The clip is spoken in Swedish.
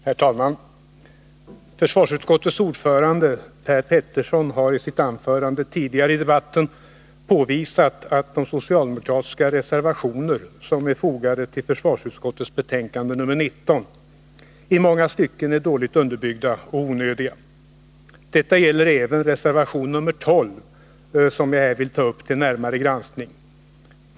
Herr talman! Försvarsutskottets ordförande Per Petersson har tidigare i debatten påvisat att de socialdemokratiska reservationer som är fogade till försvarsutskottets betänkande nr 19 i många stycken är dåligt underbyggda och onödiga. Detta gäller även reservation nr 12, som jag här vill ta upp till närmare granskning.